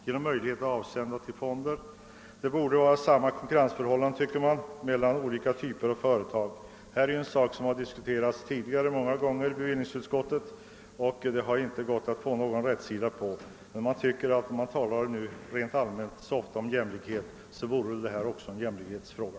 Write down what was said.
Vi tycker att det borde vara lika konkurrensförhållanden för olika typer av företag. Detta är en sak som vi tidigare diskuterat många gånger i bevillningsutskottet, men det har inte gått att få rätsida på den. Det talas ofta rent allmänt om jämlikhet. Även detta är en jämlikhetsfråga.